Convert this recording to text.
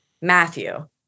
Matthew